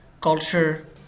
culture